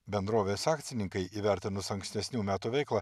bendrovės akcininkai įvertinus ankstesnių metų veiklą